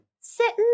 sitting